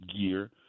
gear